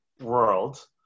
world